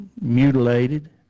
mutilated